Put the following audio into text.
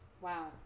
Wow